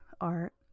art